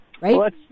Right